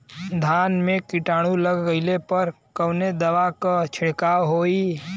धान में कीटाणु लग गईले पर कवने दवा क छिड़काव होई?